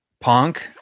Punk